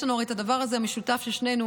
יש לנו הרי את הדבר הזה המשותף של שנינו,